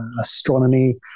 astronomy